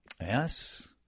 yes